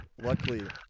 Luckily